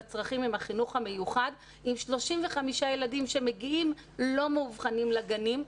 צרכים של החינוך המיוחד יחד עם 35 ילדים לא מאובחנים לגנים.